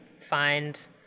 find